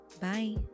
Bye